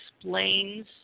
explains